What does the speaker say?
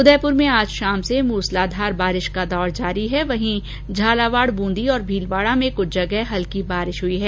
उदयपुर में आज शाम से मूसलाधार बारिष का दौर जारी है वहीं झालावाड बुंदी और भीलवाडा में कुछ जगह हल्की बारिष हई है